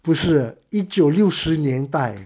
不是啊一九六十年代